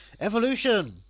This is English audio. evolution